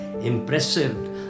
impressive